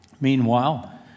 Meanwhile